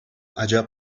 ача